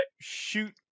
shoot